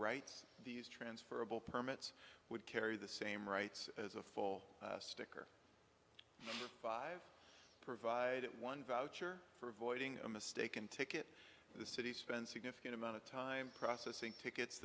rights these transferable permits would carry the same rights as a full sticker five provide it one voucher for avoiding a mistaken ticket in the city spend significant amount of time processing tickets